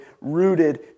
rooted